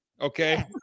okay